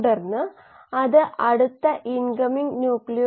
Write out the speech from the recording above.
അത്തരം അവ്യക്തമായ രീതിയിൽ ഇത് വ്യാഖ്യാനിക്കുമ്പോൾ ഇത് ഒരു സൂചകമാണ്